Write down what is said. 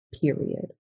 period